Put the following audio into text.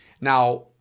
Now